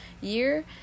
year